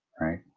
right